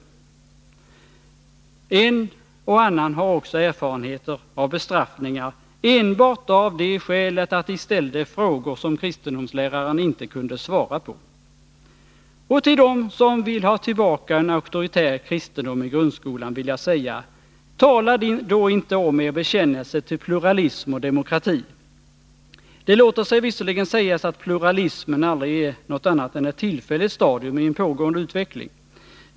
Och en och annan har också erfarenheter av bestraffningar enbart av det skälet att de ställde frågor som kristendomsläraren inte kunde svara på. Och till dem som vill ha tillbaka en auktoritär kristendom i grundskolan vill jag säga: Tala då inte om er bekännelse till pluralism och demokrati! Det låter sig visserligen sägas att pluralism aldrig är något annat än ett tillfälligt stadium i en pågående utveckling.